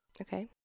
Okay